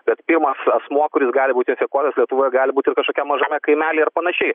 bet pirmas asmuo kuris gali būti infekuotas lietuvoj gali būt ir kažkokiame mažame kaimelyje ar panašiai